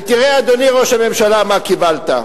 ותראה, אדוני ראש הממשלה, מה קיבלת: